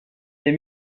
les